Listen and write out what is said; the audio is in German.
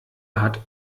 hat